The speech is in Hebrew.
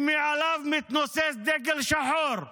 שמעליו מתנוסס דגל שחור,